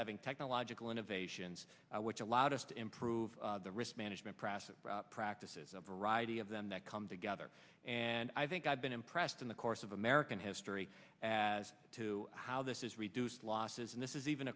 having technological innovations which allowed us to improve the risk management process practices a variety of them that come together and i think i've been impressed in the course of american history as to how this is reduced losses and this is even